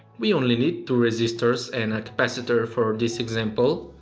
we only need two resistors and a capacitor for this example.